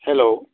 hello